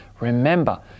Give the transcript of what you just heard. Remember